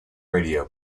radio